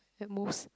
at most